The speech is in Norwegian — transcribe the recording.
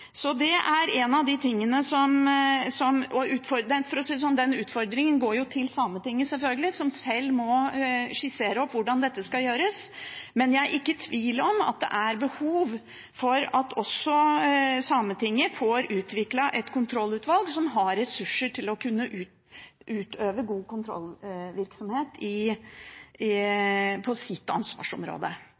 utfordringen går selvfølgelig til Sametinget, som sjøl må skissere hvordan dette skal gjøres, men jeg er ikke i tvil om at det er behov for at også Sametinget får utviklet et kontrollutvalg som har ressurser til å kunne utøve god kontrollvirksomhet på sitt ansvarsområde.